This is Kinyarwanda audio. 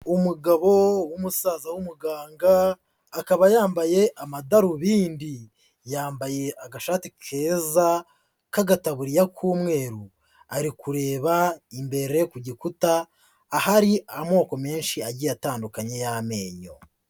Umugabo w'umusaza w'umuganga akaba yambaye amadarubindi, yambaye agashati keza k'agataburiya k'umweru, ari kureba imbere ku gikuta, ahari amoko menshi agiye atandukanye y'amenyo.